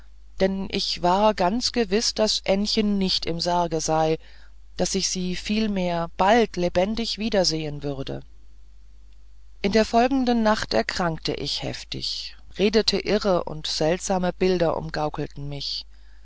denn ich war ganz gewiß daß ännchen nicht im sarge sei daß ich sie vielmehr bald lebendig wiedersehen würde in der folgenden nacht erkrankte ich heftig redete irre und seltsame bilder umgaukelten mich